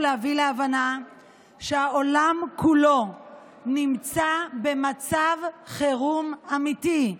להביא להבנה שהעולם כולו נמצא במצב חירום אמיתי.